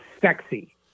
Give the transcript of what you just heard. sexy